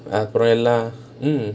அப்புறம் எல்லாம்:appuram ellaam hmm